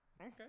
Okay